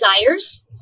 desires